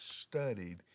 studied